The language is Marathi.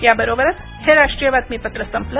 याबरोबरच हे राष्ट्रीय बातमीपत्र संपलं